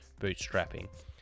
bootstrapping